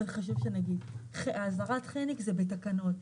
-- אזהרת חנק זה בתקנות.